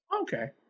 Okay